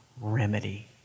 remedy